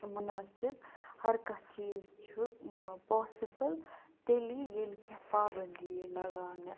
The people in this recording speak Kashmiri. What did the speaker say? مُنٲسِب ہر کانٛہہ چیٖز چھُ پاسِبٕل تیٚلہِ ییٚلہِ کیٚنٛہہ پابَندی ییہِ لَگاونہٕ